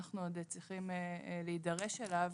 אנחנו עוד צריכים להידרש אליו